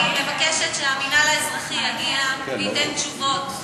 ואני מבקשת שהמינהל האזרחי יגיע וייתן תשובות.